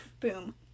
Boom